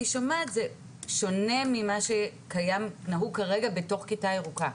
שומעת זה שונה ממה שקיים ונהוג כרגע בתוך כיתה ירוקה.